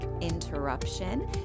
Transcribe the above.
interruption